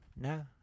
no